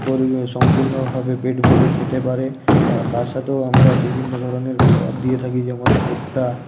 পরি সম্পূর্ণভাবে পেট ভরে খেতে পারে তার সাথেও আমরা বিভিন্ন ধরনের খাবার দিয়ে থাকি যেমন ভুট্টা